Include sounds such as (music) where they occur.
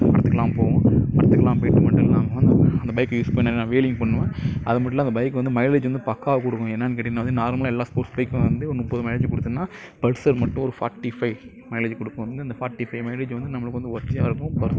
படத்துக்குலாம் போவோம் படத்துக்குலாம் போயிட்டு (unintelligible) அந்த பைக்கை யூஸ் பண்ணி நான் வீலிங்லாம் பண்ணுவேன் அது மட்டும் இல்லாமல் அந்த பைக் வந்து மைலேஜ் வந்து பக்காவாக கொடுக்கும் என்னானு கேட்டீங்கன்னா வந்து நார்மலாக எல்லா ஸ்போர்ட்ஸ் பைக்கும் வந்து முப்பது மைலேஜ் கொடுக்குதுனா பல்சர் மட்டும் ஒரு ஃபாட்டி ஃபை மைலேஜ் கொடுக்கும் (unintelligible) இந்த ஃபாட்டி ஃபை மைலேஜ் வந்து நம்மளுக்கு வந்து ஒர்த்தாக இருக்கும்